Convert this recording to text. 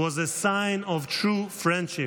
was a sign of true friendship,